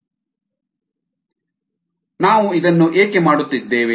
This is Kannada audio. YxSamountofcellsproducedamountofsubstrateconsumed ನಾವು ಇದನ್ನು ಏಕೆ ಮಾಡುತ್ತಿದ್ದೇವೆ